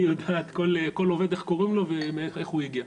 היא יודעת כל עובד איך קוראים לו ומאיפה ואיך הוא הגיע.